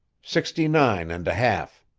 sixty-nine and a half.